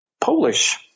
Polish